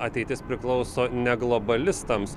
ateitis priklauso ne globalistams